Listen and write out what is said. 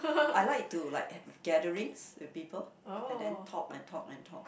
I like to like have gatherings with people and then talk and talk and talk